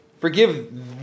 forgive